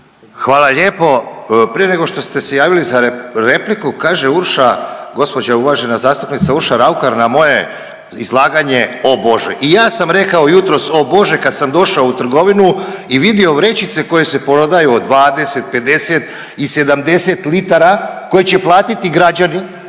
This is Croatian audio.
Hvala lijepo. Prije nego što ste se javili za repliku kaže Urša gospođa uvažena zastupnica Urša Raukar na moje izlaganje o bože. I ja sam rekao o bože kad sam došao u trgovinu i vidio vrećice koje se prodaju od 20, 50 i 70 litara koji će platiti građani